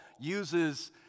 uses